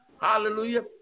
Hallelujah